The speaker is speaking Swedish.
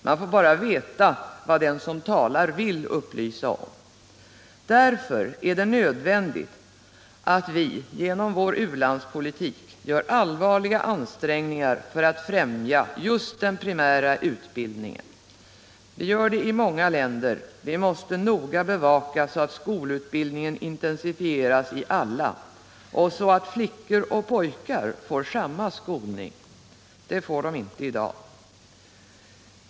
Man får bara veta vad den som talar vill upplysa om. Därför är det nödvändigt att vi genom vår u-landspolitik gör allvarliga ansträngningar för att främja just den primära utbildningen. Vi gör det i många länder, och vi måste noga bevaka att skolutbildningen intensifieras i alla och att flickor och pojkar får samma skolning. Det får de inte i dag.